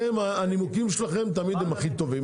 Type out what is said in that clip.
הנימוקים שלכם תמיד הכי טובים.